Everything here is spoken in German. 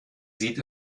sieht